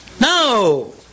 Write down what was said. No